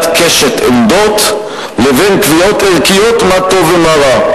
קשת עמדות לבין קביעות ערכיות מה טוב ומה רע.